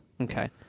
Okay